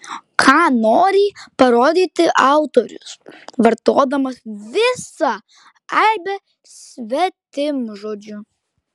ką nori parodyti autorius vartodamas visą aibę svetimžodžių